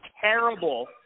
terrible –